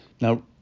Now